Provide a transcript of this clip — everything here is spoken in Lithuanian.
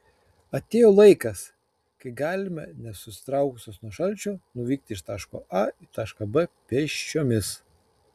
atėjo laikas kai galime nesusitraukusios nuo šalčio nuvykti iš taško a į tašką b pėsčiomis